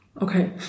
Okay